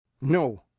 No